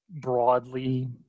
broadly